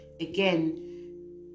again